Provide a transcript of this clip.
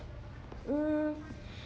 mm